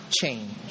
change